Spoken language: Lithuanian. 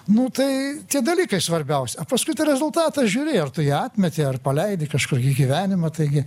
nu tai tie dalykai svarbiausia paskui rezultatą žiūri ar tu jį atmeti ar paleidi kažkokį gyvenimą taigi